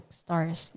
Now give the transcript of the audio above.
stars